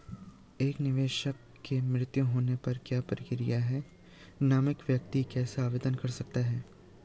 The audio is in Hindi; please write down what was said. एक निवेशक के मृत्यु होने पर क्या प्रक्रिया है नामित व्यक्ति कैसे आवेदन कर सकता है?